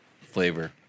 flavor